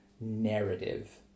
narrative